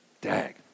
Dag